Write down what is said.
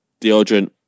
Deodorant